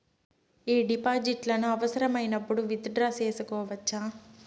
ఈ డిపాజిట్లను అవసరమైనప్పుడు విత్ డ్రా సేసుకోవచ్చా?